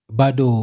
bado